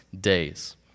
days